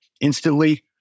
instantly